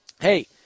Hey